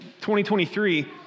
2023